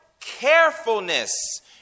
carefulness